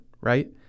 right